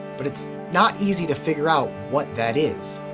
but it's not easy to figure out what that is.